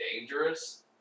dangerous